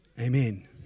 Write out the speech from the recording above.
amen